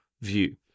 view